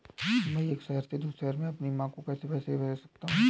मैं एक शहर से दूसरे शहर में अपनी माँ को पैसे कैसे भेज सकता हूँ?